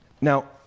Now